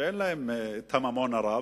שאין להם את הממון הרב,